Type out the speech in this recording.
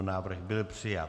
Návrh byl přijat.